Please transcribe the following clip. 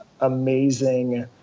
amazing